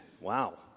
Wow